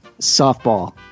Softball